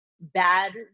bad